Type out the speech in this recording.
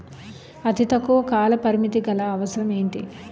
అతి తక్కువ కాల పరిమితి గల అవసరం ఏంటి